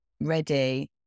ready